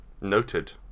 noted